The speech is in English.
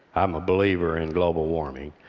i'm a believer in global warming,